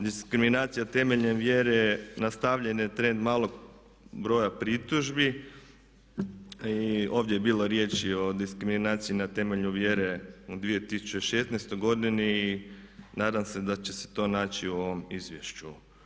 Diskriminacija temeljem vjere nastavljen je trend malog broja pritužbi i ovdje je bilo riječ i o diskriminaciji na temelju vjere u 2016.godini i nadam se da će se to naći u ovom izvješću.